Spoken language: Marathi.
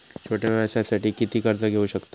छोट्या व्यवसायासाठी किती कर्ज घेऊ शकतव?